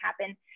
happen